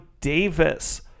Davis